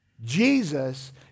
Jesus